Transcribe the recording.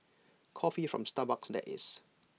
coffee from Starbucks that is